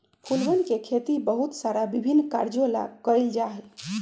फूलवन के खेती बहुत सारा विभिन्न कार्यों ला कइल जा हई